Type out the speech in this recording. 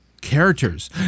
characters